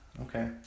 okay